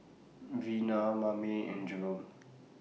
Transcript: Vina Mame and Jerome